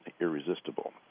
irresistible